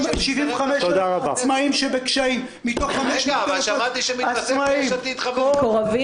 75,000 העצמאים שנמצאים בקשיים --- אבל שמעתי שמתווסף ליש עתיד חבר.